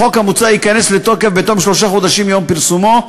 החוק המוצע ייכנס לתוקף בתום שלושה חודשים מיום פרסומו,